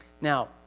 Now